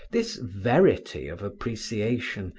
this verity of appreciation,